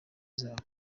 zabo